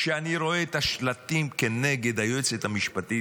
כשאני רואה את השלטים כנגד היועצת המשפטית,